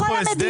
היושב ראש,